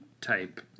type